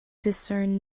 discern